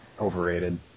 overrated